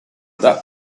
that